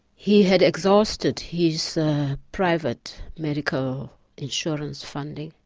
he had exhausted his private medical insurance funding,